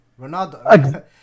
Ronaldo